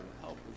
help